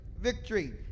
victory